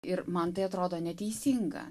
ir man tai atrodo neteisinga